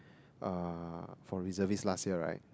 uh for reservist last year right